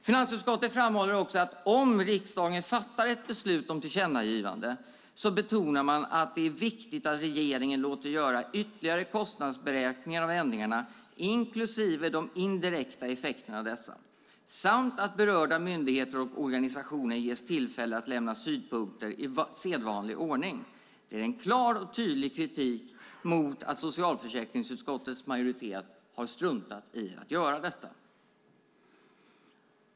Finansutskottet betonar också att om riksdagen fattar ett beslut om tillkännagivande är det viktigt att regeringen låter göra ytterligare kostnadsberäkningar av ändringarna, inklusive de indirekta effekterna av dessa, samt att berörda myndigheter och organisationer ges tillfälle att lämna synpunkter i sedvanlig ordning. Det är en klar och tydlig kritik mot att socialförsäkringsutskottets majoritet har struntat i att göra detta.